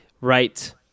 Right